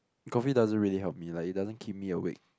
coffee doesn't really help me like it doesn't keep me awake